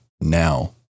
now